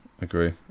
agree